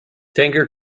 tanker